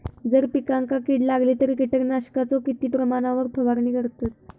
जर पिकांका कीड लागली तर कीटकनाशकाचो किती प्रमाणावर फवारणी करतत?